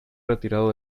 retirado